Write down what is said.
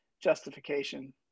justification